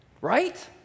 Right